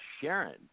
Sharon